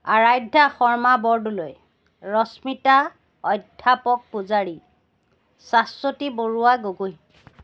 আৰাধ্যা শৰ্মা বৰদলৈ ৰশ্মিতা অধ্যাপক পূজাৰী শ্বাশ্ৱতী বৰুৱা গগৈ